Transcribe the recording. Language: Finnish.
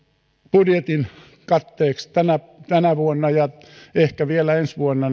budjetin katteeksi tänä tänä vuonna ja ehkä vielä ensi vuonna